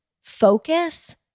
focus